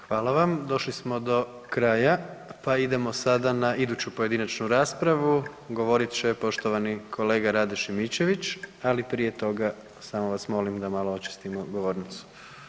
Hvala vam, došli smo do kraja, pa idemo sada na iduću pojedinačnu raspravu, govorit će poštovani kolega Rade Šimičević, ali prije toga samo vas molim da malo očistimo govornicu.